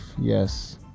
yes